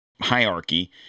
Hierarchy